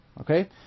Okay